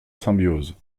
symbiose